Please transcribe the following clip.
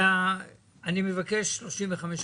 אני מבקש 35%,